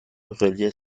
reliait